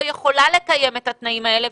לא יכולה לקיים את התנאים האלה.